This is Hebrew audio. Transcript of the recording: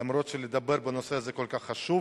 למרות שבנושא כל כך חשוב